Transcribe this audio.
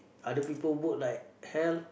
other people work like hell